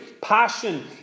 passion